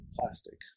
plastic